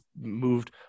moved